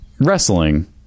wrestling